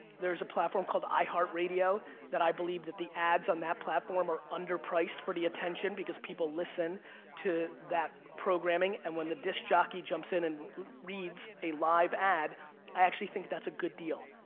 there's a platform called iheartradio that i believe that the ads on that platform are underpriced for the attention because people listen to that programming. and when the disc jockey jumps in and reads a live ad, i actually think that's a good deal.